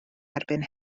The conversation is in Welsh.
erbyn